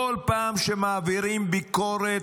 כל פעם שמעבירים ביקורת,